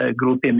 group